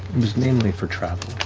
was mainly for travel.